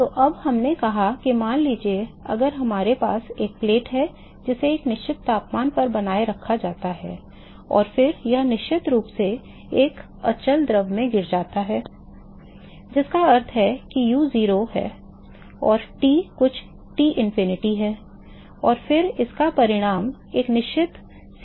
तो अब हमने कहा कि मान लीजिए अगर हमारे पास एक प्लेट है जिसे एक निश्चित तापमान पर बनाए रखा जाता है और फिर यह निश्चित रूप से एक अचल द्रव में गिर जाता है जिसका अर्थ है कि u 0 है और T कुछ टिनफिनिटी है और फिर इसका परिणाम एक निश्चित सीमा परत में होता है